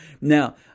Now